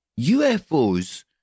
UFOs